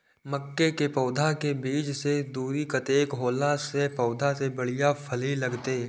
मके के पौधा के बीच के दूरी कतेक होला से पौधा में बढ़िया फली लगते?